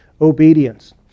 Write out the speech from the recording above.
obedience